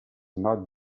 not